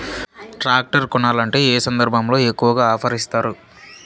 Tractor కొనాలంటే ఏ సందర్భంలో ఎక్కువగా ఆఫర్ ఇస్తారు?